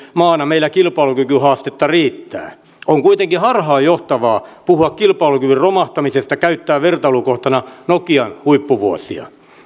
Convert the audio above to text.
maana meillä kilpailukykyhaastetta riittää on kuitenkin harhaanjohtavaa puhua kilpailukyvyn romahtamisesta käyttäen vertailukohtana nokian huippuvuosia